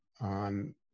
on